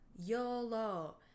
YOLO